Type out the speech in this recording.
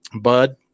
Bud